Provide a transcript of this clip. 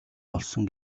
болсон